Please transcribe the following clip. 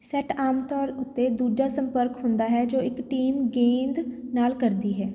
set ਆਮ ਤੌਰ ਉੱਤੇ ਦੂਜਾ ਸੰਪਰਕ ਹੁੰਦਾ ਹੈ ਜੋ ਇੱਕ ਟੀਮ ਗੇਂਦ ਨਾਲ ਕਰਦੀ ਹੈ